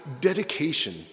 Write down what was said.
dedication